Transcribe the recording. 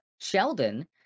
Sheldon